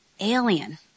alien